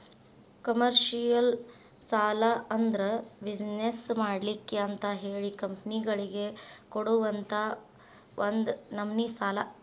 commercial ಸಾಲಾ ಅಂದ್ರ business ಮಾಡ್ಲಿಕ್ಕೆ ಅಂತಹೇಳಿ ಕಂಪನಿಗಳಿಗೆ ಕೊಡುವಂತಾ ಒಂದ ನಮ್ನಿ ಸಾಲಾ